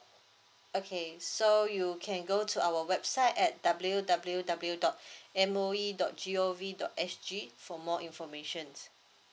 okay so you can go to our website at W_W_W dot M O E dot G_O_V dot S_G for more information